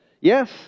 Yes